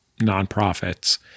nonprofits